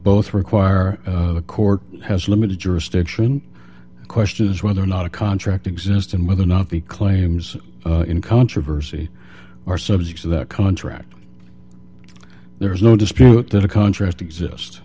both require the court has limited jurisdiction the question is whether or not a contract exists and whether or not the claims in controversy are subject to that contract there is no dispute that a contract exist